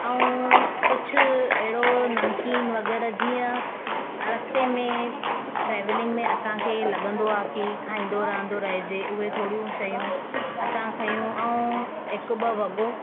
ऐं कुझु अहिड़ो नमकीन वग़ैरह जीअं रस्ते में ट्रैवलिंग में असांखे हे लॻंदो आहे की खाईंदो रहंदो रहिजे उहे थोरियूं शयूं असां खयूं ऐं हिकु ॿ वॻो